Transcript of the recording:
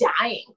dying